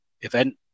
event